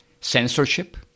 censorship